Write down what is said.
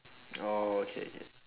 oh okay okay